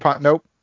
Nope